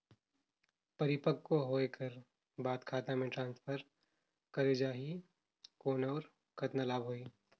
परिपक्व होय कर बाद खाता मे ट्रांसफर करे जा ही कौन और कतना लाभ होही?